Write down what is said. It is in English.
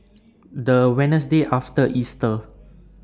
The Wednesday after Easter